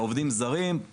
עובדים זרים,